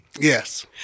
Yes